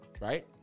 right